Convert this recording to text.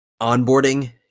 onboarding